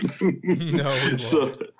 no